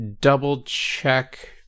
double-check